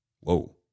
Whoa